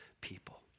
people